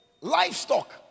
Livestock